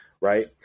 right